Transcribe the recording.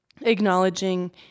acknowledging